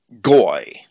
Goy